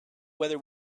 whether